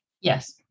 Yes